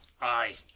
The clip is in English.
Aye